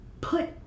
put